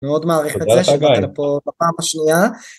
מאוד מעריך את זה שבאתי לפה בפעם השנייה